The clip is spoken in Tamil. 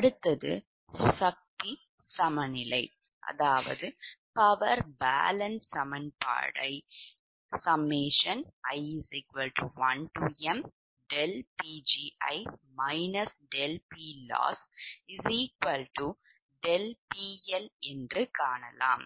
அடுத்தது சக்தி சமநிலை சமன்பாடு ஐ i1m∆Pgi ∆PLoss∆PL